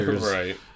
Right